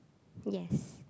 yes